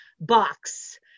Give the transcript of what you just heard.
box